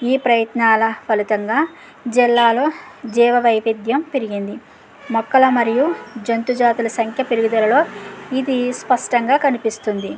ఈ ప్రయత్నాల ఫలితంగ జిల్లాలో జీవ వైవిధ్యం పెరిగింది మొక్కల మరియు జంతు జాతుల సంఖ్య పెరుగుదలలో ఇది స్పష్టంగా కనిపిస్తుంది